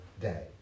day